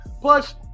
Plus